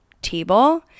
table